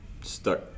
Stuck